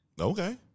Okay